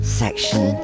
section